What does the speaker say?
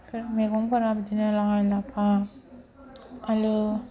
मैगंफोरा बिदिनो लाइ लाफा आलु